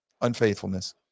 unfaithfulness